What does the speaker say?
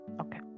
Okay